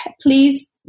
Please